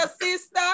sister